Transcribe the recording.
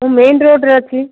ମୁଁ ମେନ୍ ରୋଡ଼ରେ ଅଛି